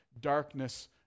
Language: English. darkness